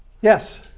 Yes